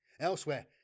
Elsewhere